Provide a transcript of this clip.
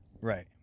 Right